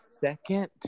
second